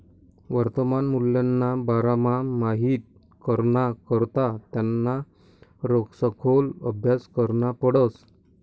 वर्तमान मूल्यना बारामा माहित कराना करता त्याना सखोल आभ्यास करना पडस